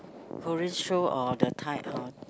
Korean show or the Thai